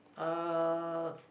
uh